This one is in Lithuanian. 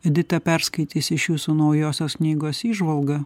edita perskaitys iš jūsų naujosios knygos įžvalgą